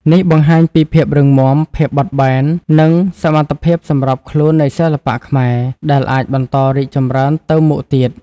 នេះបង្ហាញពីភាពរឹងមាំ ភាពបត់បែន និងសមត្ថភាពសម្របខ្លួននៃសិល្បៈខ្មែរ ដែលអាចបន្តរីកចម្រើនទៅមុខទៀត។